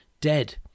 dead